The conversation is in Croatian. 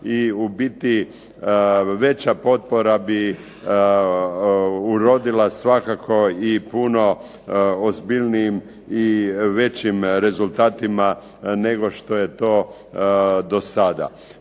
i u biti veća potpora bi urodila svakako i puno ozbiljnijim i većim rezultatima nego što je to do sada.